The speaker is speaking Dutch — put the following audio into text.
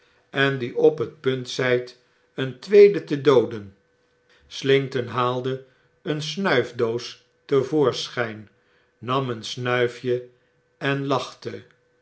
en die op het punt zflt een tweede te dooden slinkton haalde een snuifdoos te voorschijn nam een snuifje en lachte